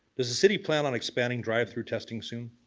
does the city plan on expanding drive-through testing soon?